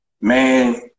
Man